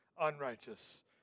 unrighteous